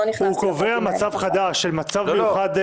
הוא קובע מצב חירום מיוחד.